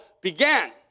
began